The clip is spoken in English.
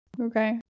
okay